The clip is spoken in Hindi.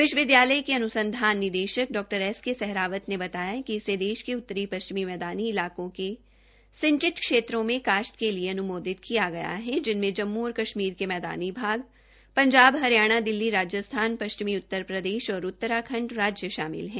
विश्वविद्यालय के अन्संधान निदेशक डॉ एस के सेहरावत ने बताया कि इसे देश के उत्तरी श्चिमी मैदानी इलाकों के सिंचित क्षेत्रों में काश्त के लिए अनुमोदित किया गया है जिनमें जम्मू कश्मीर के मैदानी भाग जाब हरियाणा दिल्ली राजस्थान श्चिमी उत्तर प्रदेश और उंतराखंड राज्य शामिल है